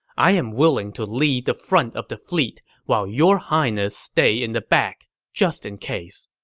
i am willing to lead the front of the fleet while your highness stay in the back, just in case.